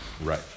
Right